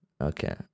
Okay